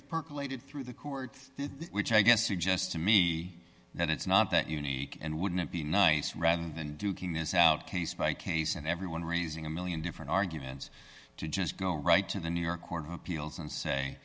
have percolated through the courts which i guess suggests to me that it's not that unique and wouldn't it be nice rather than duking this out case by case and everyone raising a one million different arguments to just go right to the new york court of appeals and say